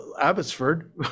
Abbotsford